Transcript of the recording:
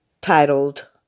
titled